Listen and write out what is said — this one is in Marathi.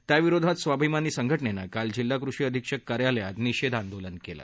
त्याविरोधात स्वाभिमानी संघ जिनं काल जिल्हा कृषी अधीक्षक कार्यालयात निषेध आंदोलन केलं